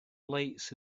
lights